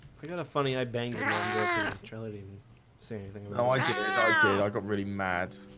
i got a funny i banged your mom joking and treleaven say anything no, i did i did i got really mad